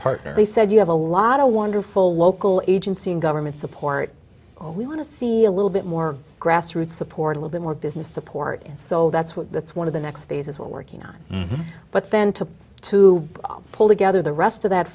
partner he said you have a lot of wonderful local agency and government support we want to see a little bit more grassroots support a little bit more business support so that's what that's one of the next phases we're working on but then to to pull together the rest of that